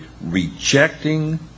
rejecting